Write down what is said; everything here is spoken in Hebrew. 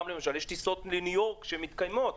יש טיסות ליליות שמתקיימות.